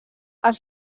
als